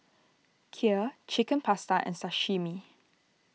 Kheer Chicken Pasta and Sashimi